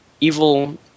evil